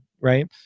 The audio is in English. right